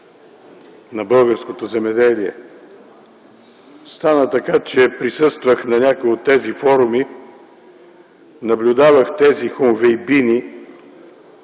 на българското земеделие. Стана така, че присъствах на някои от тези форуми, наблюдавах тези хунвейбини,